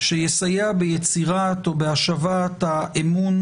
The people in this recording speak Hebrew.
שיסייע ביצירת או בהשבת האמון,